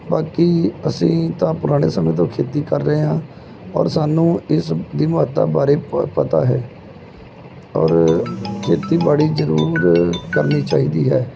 ਬਾਕੀ ਅਸੀਂ ਤਾਂ ਪੁਰਾਣੇ ਸਮੇਂ ਤੋਂ ਖੇਤੀ ਕਰ ਰਹੇ ਹਾਂ ਔਰ ਸਾਨੂੰ ਇਸ ਦੀ ਮਹੱਤਤਾ ਬਾਰੇ ਪ ਪਤਾ ਹੈ ਔਰ ਖੇਤੀਬਾੜੀ ਜ਼ਰੂਰ ਕਰਨੀ ਚਾਹੀਦੀ ਹੈ